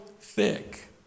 thick